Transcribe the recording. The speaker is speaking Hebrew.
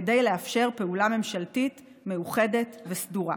כדי לאפשר פעולה ממשלתית מאוחדת וסדורה.